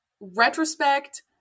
retrospect